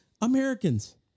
Americans